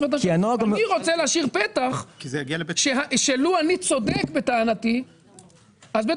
אני רוצה להשאיר פתח שלו אני צודק בטענתי אז בית